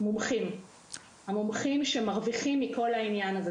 המומחים שמרוויחים מכל העניין הזה,